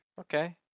Okay